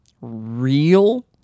real